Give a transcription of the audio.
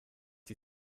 die